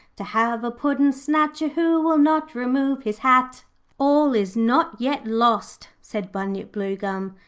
to have a puddin'-snatcher who will not remove his hat all is not yet lost said bunyip bluegum.